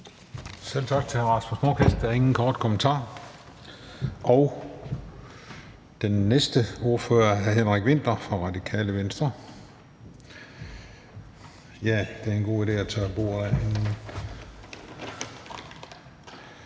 Selv tak til hr. Rasmus Nordqvist. Der er ingen korte bemærkninger. Den næste ordfører er hr. Henrik Vinther fra Radikale Venstre. Ja, det er en god idé at tørre bordet af.